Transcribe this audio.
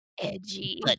edgy